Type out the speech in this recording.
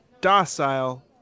docile